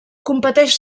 competeix